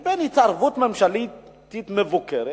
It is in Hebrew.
לבין התערבות ממשלתית מבוקרת,